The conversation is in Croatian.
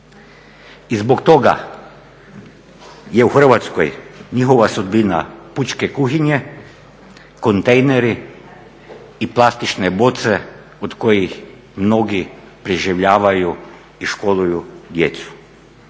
I zbog toga je u Hrvatskoj njihova sudbina pučke kuhinje, kontejneri i plastične boce od kojih mnogi preživljavaju i školuju djecu.